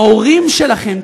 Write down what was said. ההורים שלכם,